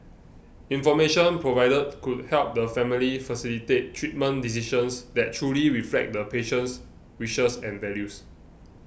information provided could help the family facilitate treatment decisions that truly reflect the patient's wishes and values